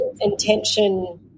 intention